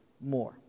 more